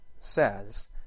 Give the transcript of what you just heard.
says